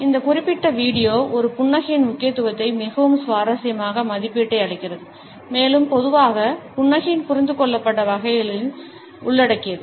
இந்த குறிப்பிட்ட வீடியோ ஒரு புன்னகையின் முக்கியத்துவத்தை மிகவும் சுவாரஸ்யமான மதிப்பீட்டை அளிக்கிறது மேலும் பொதுவாக புன்னகையின் புரிந்துகொள்ளப்பட்ட வகைகளையும் உள்ளடக்கியது